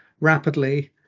rapidly